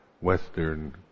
Western